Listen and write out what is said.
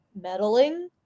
meddling